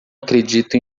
acredito